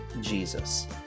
Jesus